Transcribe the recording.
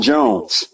Jones